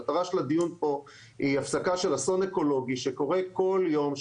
המטרה של הדיון פה היא הפסקה של אסון אקולוגי שקורה כל יום,